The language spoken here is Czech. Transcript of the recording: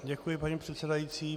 Děkuji, paní předsedající.